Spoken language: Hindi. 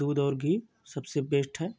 दूध और घी सबसे बेस्ट है